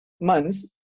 months